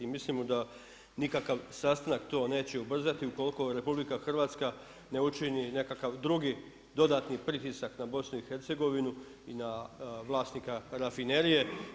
Mislimo da nikakav sastanak neće ubrzati ukoliko RH ne učini nekakav drugi, dodatni pritisak na BiH, i na vlasnika rafinerije.